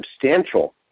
substantial